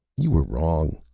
you were wrong,